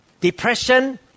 depression